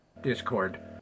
Discord